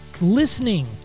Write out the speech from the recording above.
listening